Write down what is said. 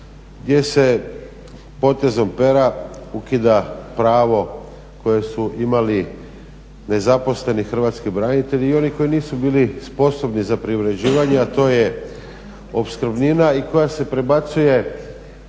gdje se potezom pera ukida pravo koje su imali nezaposleni hrvatski branitelji i oni koji nisu bili sposobni za privređivanje, a to je opskrbnina i koja se prebacuje